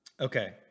Okay